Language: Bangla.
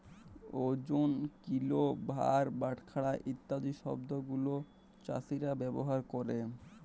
ওজন, কিলো, ভার, বাটখারা ইত্যাদি শব্দ গুলো চাষীরা ব্যবহার ক্যরে